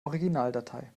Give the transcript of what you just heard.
originaldatei